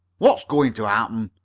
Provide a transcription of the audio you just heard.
what's going to happen?